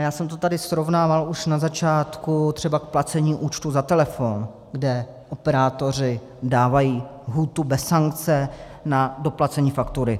Já jsem to tady srovnával už na začátku třeba s placením účtu za telefon, kde operátoři dávají lhůtu bez sankce na doplacení faktury.